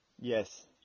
Yes